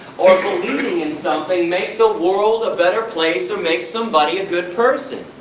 or believing in something, make the world a better place, or make somebody a good person?